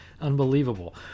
unbelievable